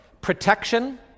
protection